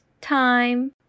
time